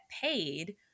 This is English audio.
paid